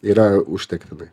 yra užtektinai